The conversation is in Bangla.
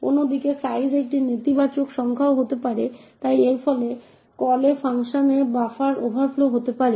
অন্যদিকে সাইজ একটি নেতিবাচক সংখ্যাও হতে পারে তাই এর ফলে কলে ফাংশনে বাফার ওভারফ্লো হতে পারে